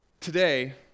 Today